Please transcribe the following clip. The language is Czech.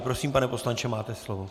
Prosím, pane poslanče, máte slovo.